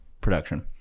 production